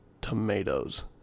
tomatoes